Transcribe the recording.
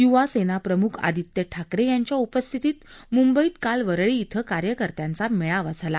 यूवा सेनाप्रमुख आदित्य ठाकरे यांच्या उपस्थितीत मुंबईत वरळी इथं कार्यकर्त्यांचा मेळावा झाला